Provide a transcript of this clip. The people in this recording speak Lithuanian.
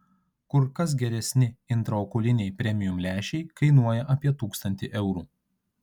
kur kas geresni intraokuliniai premium lęšiai kainuoja apie tūkstantį eurų